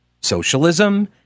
socialism